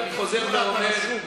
ואני חזור ואומר,